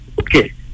Okay